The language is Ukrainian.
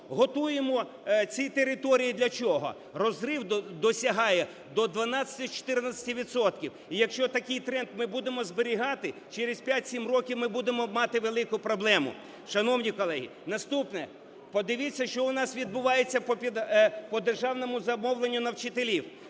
готуємо ці території для чого? Розрив досягає до 12-14 відсотків. І, якщо такий тренд ми будемо зберігати, через 5-7 років ми будемо мати велику проблему. Шановні колеги, наступне. Подивіться, що у нас відбувається по державному замовленню на вчителів.